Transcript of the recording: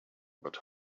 but